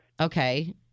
Okay